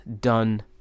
done